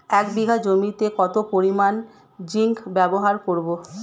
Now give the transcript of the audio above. এক বিঘা জমিতে কত পরিমান জিংক ব্যবহার করব?